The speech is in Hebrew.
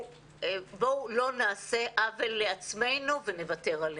בואו לא נעשה עוול לעצמנו ונוותר עליהם,